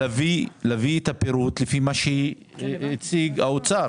להביא את הפירוט לפי מה שהציג האוצר.